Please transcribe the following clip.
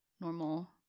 normal